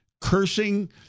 cursing